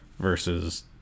Versus